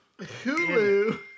Hulu